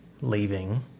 leaving